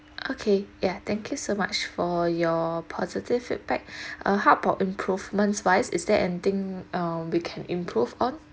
okay ya thank you so much for your positive feedback uh how about improvements wise is there anything uh we can improve on